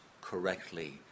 correctly